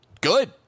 good